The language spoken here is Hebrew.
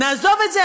נעזוב את זה.